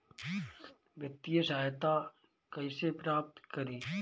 वित्तीय सहायता कइसे प्राप्त करी?